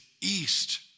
east